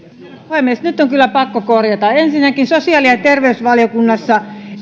puhemies nyt on kyllä pakko korjata ensinnäkin sosiaali ja terveysvaliokunnassa